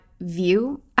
view